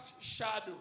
shadow